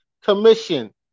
Commission